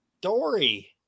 Dory